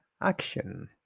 action